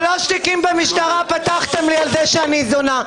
שלושה תיקים פתחתם לי בגלל שאני זונה.